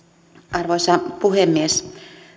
arvoisa puhemies